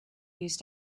used